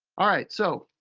all right, so,